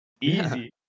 Easy